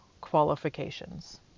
qualifications